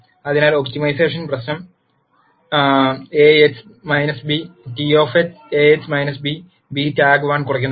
അതിനാൽ ഒപ്റ്റിമൈസേഷൻ പ്രശ്നം Ax - b T Ax - b b TAG1 കുറയ്ക്കുന്നു